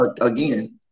Again